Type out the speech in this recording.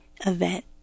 event